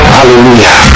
Hallelujah